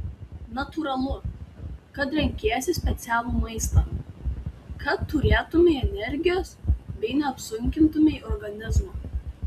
natūralu kad renkiesi specialų maistą kad turėtumei energijos bei neapsunkintumei organizmo